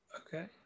Okay